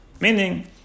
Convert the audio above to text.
meaning